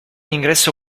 ingresso